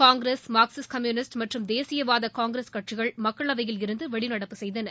Congress Marxist Communist மற்றும் தேசியவாத Congress கட்சிகள் மக்களவையில் இருந்து வெளிநடப்பு செய்தன